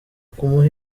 kumuha